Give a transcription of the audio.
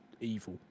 evil